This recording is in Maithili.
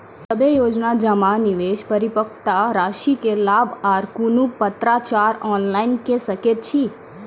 सभे योजना जमा, निवेश, परिपक्वता रासि के लाभ आर कुनू पत्राचार ऑनलाइन के सकैत छी?